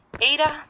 Ada